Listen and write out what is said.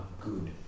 good